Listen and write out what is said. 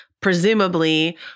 presumably